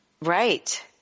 Right